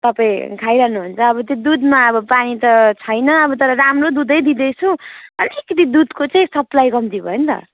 तपाईँ खाइरहनुहुन्छ अब त्यो दुधमा अब त्यो पानी त छैन अब तर राम्रो दुधै दिँदैछु अलिकति दुधको चाहिँ साप्लाई कम्ती भयो नि त